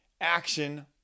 action